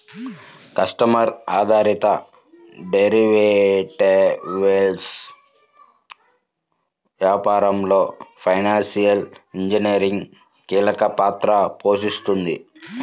customer ఆధారిత derivatives వ్యాపారంలో financial engineering కీలక పాత్ర పోషిస్తుంది